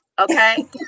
Okay